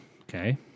okay